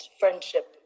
friendship